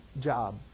job